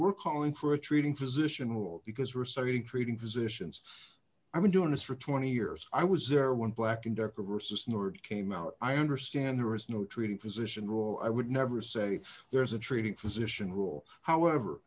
we're calling for a treating physician will because we're sorry treating physicians i've been doing this for twenty years i was there when black and decker versus number came out i understand there is no treating physician rule i would never say there's a treating physician rule however